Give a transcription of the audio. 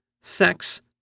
sex